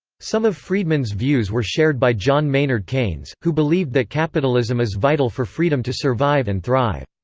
some of friedman's views were shared by john maynard keynes, who believed that capitalism is vital for freedom to survive and thrive.